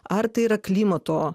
ar tai yra klimato